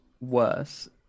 worse